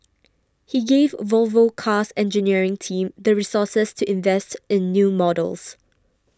he gave Volvo Car's engineering team the resources to invest in new models